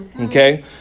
Okay